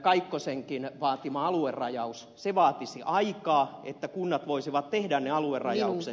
kaikkosenkin vaatima aluerajaus vaatisi aikaa että kunnat voisivat tehdä ne aluerajaukset